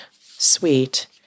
sweet